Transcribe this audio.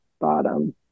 bottom